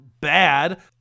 bad